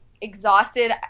exhausted